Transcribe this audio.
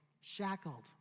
shackled